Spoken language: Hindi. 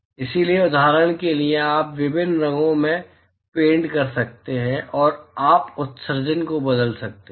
इसलिए उदाहरण के लिए आप विभिन्न रंगों से पेंट कर सकते हैं और आप उत्सर्जन को बदल सकते हैं